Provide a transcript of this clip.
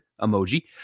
emoji